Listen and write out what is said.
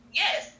yes